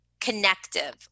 Connective